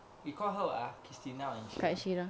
you call her what ah christina or inshira